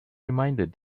reminded